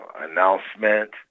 announcement